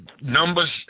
numbers